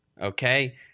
okay